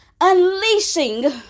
unleashing